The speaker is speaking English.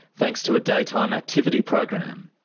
thanks to a daytime activity program.